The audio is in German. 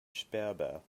sperber